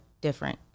different